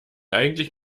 eigentlich